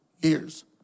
years